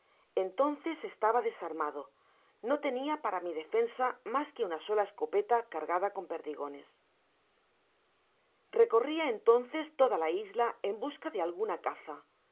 entonces estaba desarmado no tenia para mi defensa mas que una sola escopeta pargada con perdigones recorria entonces toda la isla en busca de alguna caza